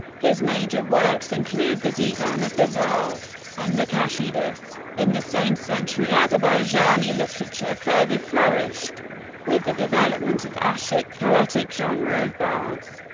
his major works include the divan of ghazals and the qasidas. in the same century, azerbaijani literature further flourished with the development of ashik poetic genre of bards.